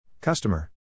Customer